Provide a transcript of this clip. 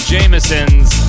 Jameson's